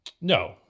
No